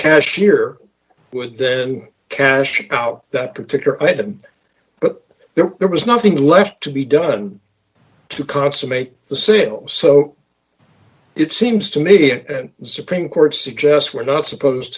cashier would then cash out that particular item but there was nothing left to be done to consummate the sale so it seems to me and the supreme court suggest we're not supposed